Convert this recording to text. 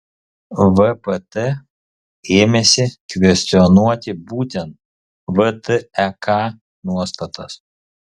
vpt ėmėsi kvestionuoti būtent vtek nuostatas